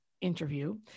interview